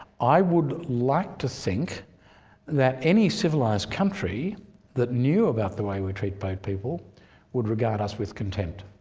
i would like to think that any civilised country that knew about the way we treat boat people would regard us with contempt.